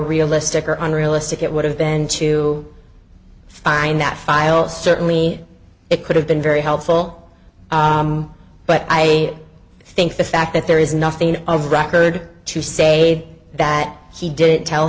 realistic or on realistic it would have been to find that file certainly it could have been very helpful but i think the fact that there is nothing of record to say that he didn't tell